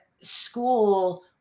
school